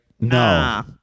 No